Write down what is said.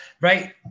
Right